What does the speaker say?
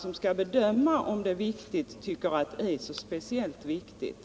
— som de anser vara viktiga men som kanske inte vederbörande landstingstjänsteman bedömer som viktiga.